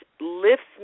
lifts